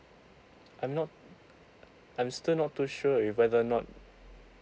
I'm not I'm still not too sure if whether not